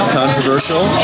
controversial